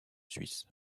suisse